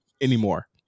anymore